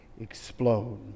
explode